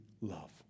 love